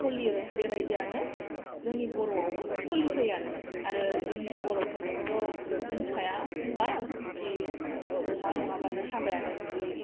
सोलियो बेबायदियानो जोंनि बर'आवबो सोलिसैआनो आरो जोंनि बर' फोरनिखौथ' मोन्थिखाया होनबा खि अमा नङाबानो हाबायानो बिदि